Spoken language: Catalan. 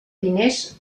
diners